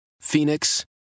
Phoenix